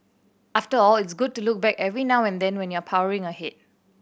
after all it's good to look back every now and then when you're powering ahead